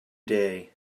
day